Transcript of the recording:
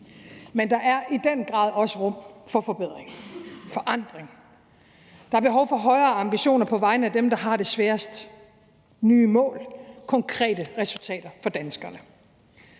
men der er i den grad også plads til forbedring, forandring. Der er behov for højere ambitioner på vegne af dem, der har det sværest, behov for nye mål, konkrete resultater for danskerne.